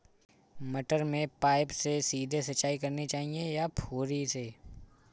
मटर में पाइप से सीधे सिंचाई करनी चाहिए या फुहरी से?